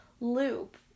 loop